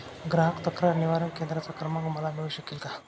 ग्राहक तक्रार निवारण केंद्राचा क्रमांक मला मिळू शकेल का?